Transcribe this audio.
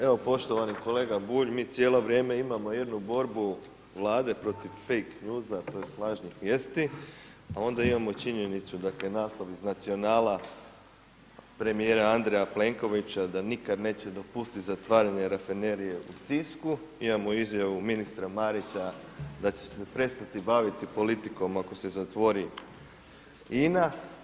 Evo poštovani kolega Bulj, mi cijelo vrijeme imamo jednu borbu Vlade protiv fake newsa, tj. lažnih vijesti pa onda imamo činjenicu, dakle naslov iz Nacionala premijera Andreja Plenkovića da nikad neće dopustiti zatvaranje Rafinerije u Sisku, imamo izjavu ministra Marića da će se prestati baviti politikom ako se zatvori INA.